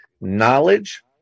knowledge